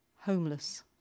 Homeless